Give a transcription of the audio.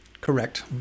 Correct